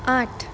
આઠ